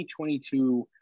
2022